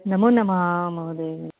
नमो नमः महोदय